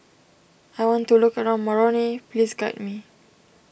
I want to look around Moroni please guide me